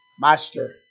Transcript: Master